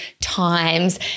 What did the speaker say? times